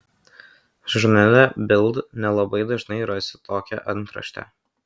žurnale bild nelabai dažnai rasi tokią antraštę